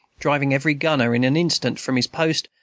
driving every gunner in an instant from his post,